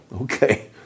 Okay